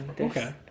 Okay